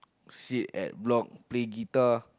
sit at block play guitar